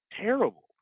terrible